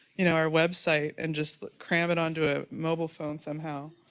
you know, our website and just cram it unto a mobile phone somehow,